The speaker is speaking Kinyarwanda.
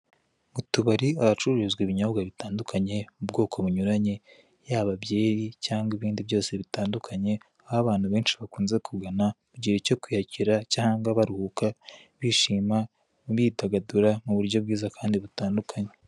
Utubari, ahacururizwa ibinyobwa bitandukanye, ubwoko bunyuranye, yaba byeri cyangwa ibindi byose bitandukanye, aho abantu benshi bakunze kugana, mu gihe cyo kwiyakira cyangwa baruhuka, bishima, bidagadura mu buryo bwiza kandi butandukanye.